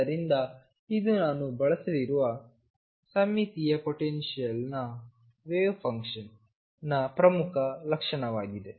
ಆದ್ದರಿಂದ ಇದು ನಾನು ಬಳಸಲಿರುವ ಸಮ್ಮಿತೀಯ ಪೊಟೆನ್ಶಿಯಲ್ನ ವೇವ್ ಫಂಕ್ಷನ್ ನ ಪ್ರಮುಖ ಲಕ್ಷಣವಾಗಿದೆ